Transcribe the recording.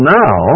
now